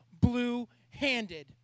blue-handed